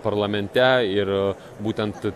parlamente ir būtent